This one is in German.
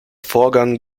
vorgang